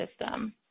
system